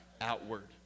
outward